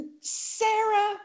Sarah